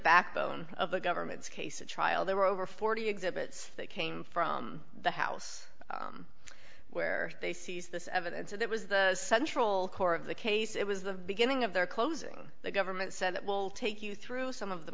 backbone of the government's case at trial there were over forty exhibits that came from the house where they seized this evidence and that was the central core of the case it was the beginning of their closing the government said it will take you through some of the